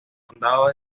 condado